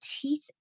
teeth